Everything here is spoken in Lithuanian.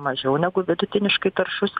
mažiau negu vidutiniškai taršus